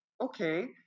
okay